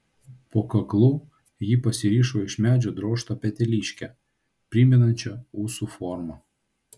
po kaklu ji pasirišo iš medžio drožtą peteliškę primenančią ūsų formą